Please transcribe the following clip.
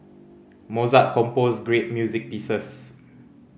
Mozart composed great music pieces